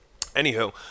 anywho